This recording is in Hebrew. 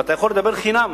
ואתה יכול לדבר חינם